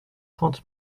trente